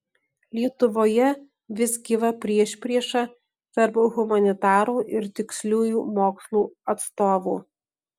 lietuvoje vis gyva priešprieša tarp humanitarų ir tiksliųjų mokslų atstovų